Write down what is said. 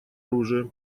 оружия